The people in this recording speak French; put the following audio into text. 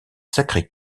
sacré